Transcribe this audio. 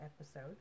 episode